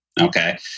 Okay